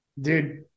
dude